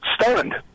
stunned